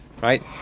right